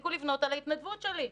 תפסיקו לבנות על ההתנדבות שלי,